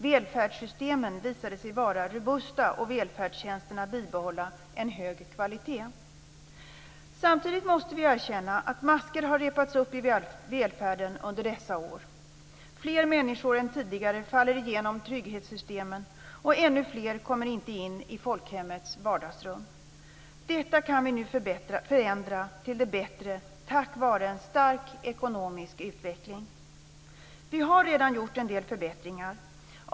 Välfärdssystemen visade sig vara robusta och välfärdstjänsterna bibehålla en hög kvalitet. Samtidigt måste vi erkänna att maskor har repats upp i välfärden under dessa år. Fler människor än tidigare faller igenom trygghetssystemen, och ännu fler kommer inte in i folkhemmets vardagsrum. Detta kan vi nu förändra till det bättre tack vare en stark ekonomisk utveckling. Vi har redan gjort en del förbättringar.